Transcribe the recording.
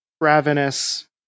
Ravenous